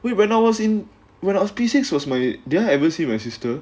we when I was in when I was P six was my they'll ever see my sister